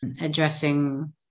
addressing